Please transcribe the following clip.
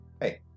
Hey